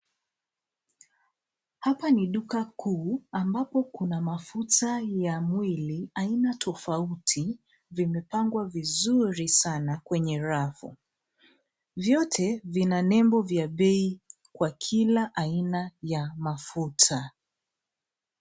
Hapa ni duka kuu ambapo kuna mafuta ya mwili aina tofauti. Vimepangwa vizuri sana kwenye rafu. Vyote vina nembo vya bei kwa kila aina ya mafuta.